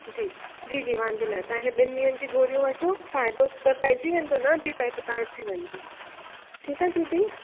जी जी जी वांदो नाहे तव्हां इहे ॿिनि ॾींहंनि जी गोरियूं वठो फ़ाइदो त पइजी वेंदो न बि पए त तव्हां अची वञिजो ठीकु आहे दीदी